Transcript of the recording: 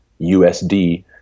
USD